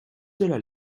cela